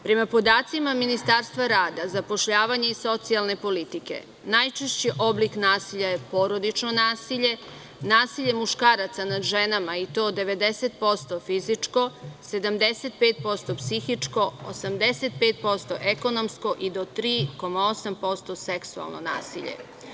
Prema podacima Ministarstva rada, zapošljavanja i socijalne politike, najčešći oblik nasilja je porodično nasilje, nasilje muškaraca nad ženama i to 90% fizičko, 75% psihičko, 85% ekonomski i do 3,8% seksualno nasilje.